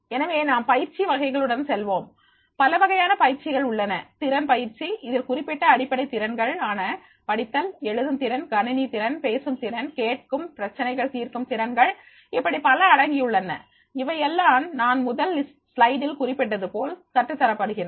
எனவே நாம் பயிற்சி வகைகளுடன் செல்வோம் பல வகையான பயிற்சிகள் உள்ளன திறன் பயிற்சி இதில் குறிப்பிட்ட அடிப்படை திறன்கள் ஆன படித்தல் எழுதும் திறன் கணினி திறன் பேசும் திறன் கேட்கும் பிரச்சனைகள் தீர்க்கும் திறன்கள் இப்படி பல அடங்கியுள்ளன இவையெல்லாம் நான் முதல் ஸ்லைடில் குறிப்பிட்டதுபோல் கற்றுத்தரப்படுகின்றன